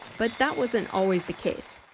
but that wasn't always the case.